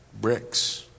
bricks